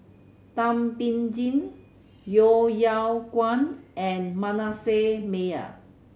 Thum Ping Tjin Yeo Yeow Kwang and Manasseh Meyer